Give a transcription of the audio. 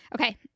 Okay